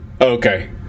okay